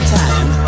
time